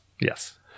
Yes